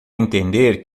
entender